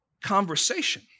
conversation